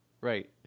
Right